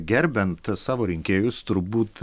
gerbiant savo rinkėjus turbūt